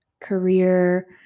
career